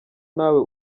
nawe